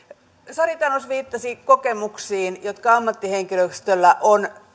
sari tanus viittasi kokemuksiin joita ammattihenkilöstöllä on